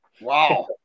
wow